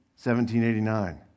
1789